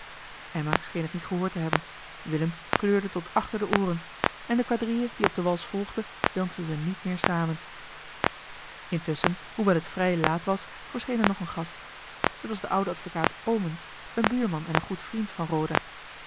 scheen het niet gehoord te hebben willem kleurde tot achter de ooren en de quadrille die op den wals volgde dansten ze niet meer samen intusschen hoewel het vrij laat was verscheen er nog een gast t was de oude advocaat omens een buurman en een goed vriend van roda